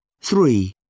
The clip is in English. Three